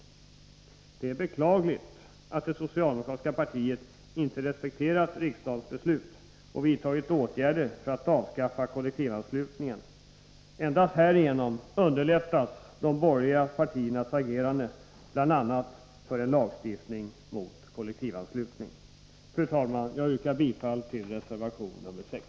Det är beklagligt att det socialdemokratiska partiet inte respekterat riksdagens beslut och vidtagit åtgärder för att avskaffa kollektivanslutningen. Härigenom underlättas de borgerliga partiernas agerande, bl.a. för lagstiftning mot kollektiv anslutning. Fru talman! Jag yrkar bifall till reservation nr 6.